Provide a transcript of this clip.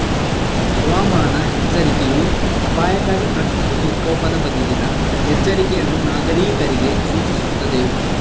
ಹವಾಮಾನ ಎಚ್ಚರಿಕೆಯೂ ಅಪಾಯಕಾರಿ ಪ್ರಕೃತಿ ವಿಕೋಪದ ಬಗೆಗಿನ ಎಚ್ಚರಿಕೆಯನ್ನು ನಾಗರೀಕರಿಗೆ ಸೂಚಿಸುತ್ತದೆ